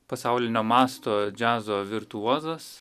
pasaulinio masto džiazo virtuozas